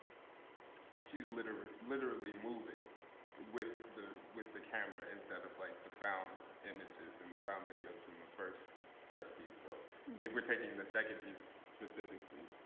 she's literally literally moving with the with the camera, instead of like the found images and the found videos from the first first piece. so if we're taking the second piece specifically,